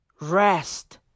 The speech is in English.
Rest